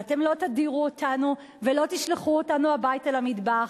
ואתם לא תדירו אותנו ולא תשלחו אותנו הביתה למטבח.